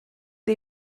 the